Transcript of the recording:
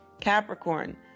Capricorn